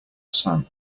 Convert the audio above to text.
sun